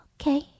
Okay